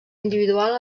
individual